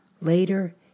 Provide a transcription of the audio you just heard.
Later